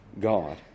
God